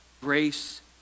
Grace